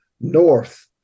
north